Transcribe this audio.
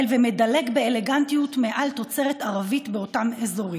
ומדלג באלגנטיות מעל תוצרת ערבית באותם אזורים.